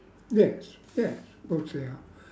yes yes what say are